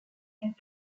fleurs